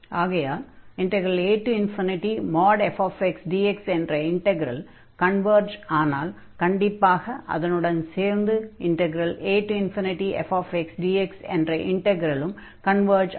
ஆகையால் afdx என்ற integral converge ஆனால் கண்டிப்பாக அதனுடன் சேர்ந்து afdx என்ற இன்டக்ரலும் கன்வர்ஜ் ஆகும்